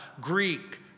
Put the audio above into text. Greek